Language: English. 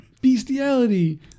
Bestiality